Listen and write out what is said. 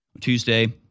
Tuesday